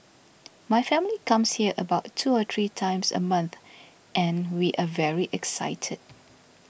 my family comes here about two or three times a month and we are very excited